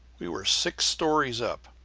we were six stories up,